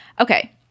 Okay